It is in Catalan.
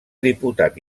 diputat